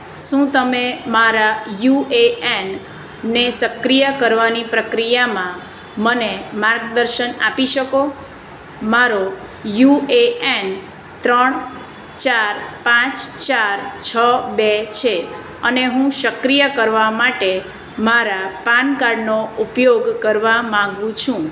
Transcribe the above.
શું તમે મારા યુ એ એન ને સક્રિય કરવાની પ્રક્રિયામાં મને માર્ગદર્શન આપી શકો મારો યુ એ એન ત્રણ ચાર પાંચ ચાર છ બે છે અને હું સક્રિય કરવા માટે મારા પાનકાર્ડનો ઉપયોગ કરવા માગું છું